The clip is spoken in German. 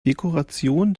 dekoration